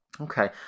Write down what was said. Okay